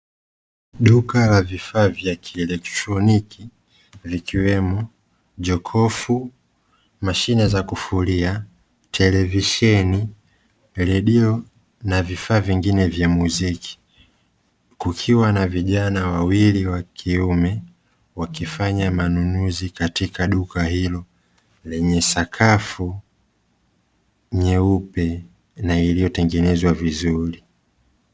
Duka la vifaa vya kielektroniki vikiwemo: jokofu, mashine za kufulia, televisheni, redio na vifaa vingine vya muziki; kukiwa na vijana wawili wa kiume, wakifanya manunuzi katika duka hilo lenye sakafu nyeupe, na iliyotengenezwa vizuri.